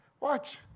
Watch